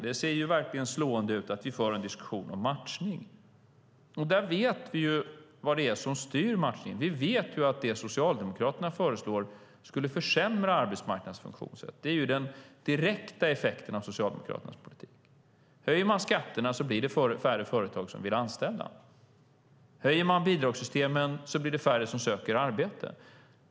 Det ser verkligen slående ut att vi för en diskussion om matchning. Vi vet vad det är som styr matchningen. Vi vet att det som Socialdemokraterna föreslår skulle försämra arbetsmarknadens funktionssätt. Det är den direkta effekten av Socialdemokraternas politik. Om man höjer skatterna blir det färre företag som vill anställa. Om man utökar bidragssystemen blir det färre som söker arbete.